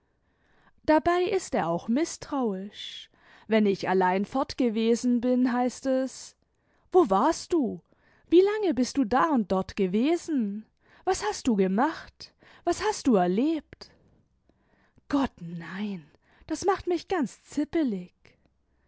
dabei ist er auch mißtrauisch wenn ich allein fortgewesen bin heißt es wo warst du wie lange bist du da und dort gewesen was hast du gemacht was hast du erlebt gott nein das macht mich ganz zippelig